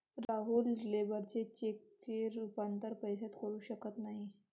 Rahul labour चेकचे रूपांतर पैशात करू शकत नाही